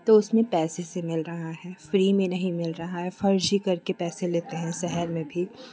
तो इसमें पैसे से मिल रहा है फ्री में नहीं मिल रहा है फर्जी करके पैसे लेते हैं शहर में भी